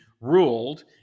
ruled